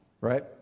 right